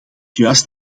juist